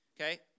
Okay